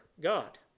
God